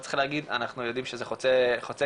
אבל צריך להגיד אנחנו יודעים שזה חוצה גילאים,